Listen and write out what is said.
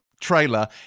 trailer